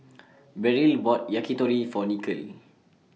Beryl bought Yakitori For Nikole